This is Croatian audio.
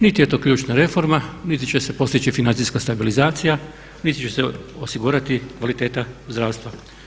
Niti je to ključna reforma, niti će se postići financijska stabilizacija, niti će se osigurati kvaliteta zdravstva.